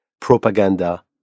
propaganda